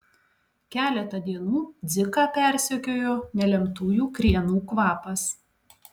keletą dienų dziką persekiojo nelemtųjų krienų kvapas